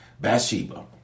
Bathsheba